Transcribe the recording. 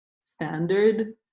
standard